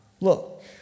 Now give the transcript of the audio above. look